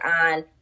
on